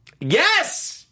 Yes